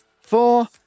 four